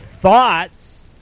thoughts